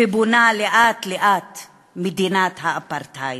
ובונה לאט-לאט את מדינת האפרטהייד,